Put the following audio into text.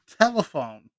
telephone